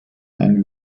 ein